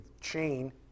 chain